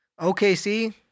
OKC